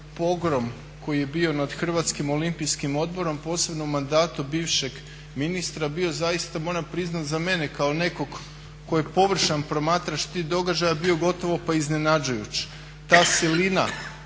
koji je bio nad Hrvatskim olimpijskim odborom posebno u mandatu bivšeg ministra bio zaista moram priznati za mene kao nekog tko je površan promatrač tih događaja bio gotovo pa iznenađujući. Ta silina